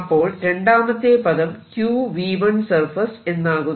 അപ്പോൾ രണ്ടാമത്തെ പദം qV1surface എന്നാകുന്നു